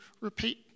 repeat